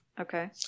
Okay